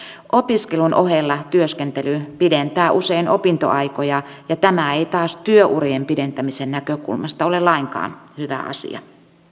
opiskelun ohella työskentely pidentää usein opintoaikoja ja tämä ei taas työurien pidentämisen näkökulmasta ole lainkaan hyvä asia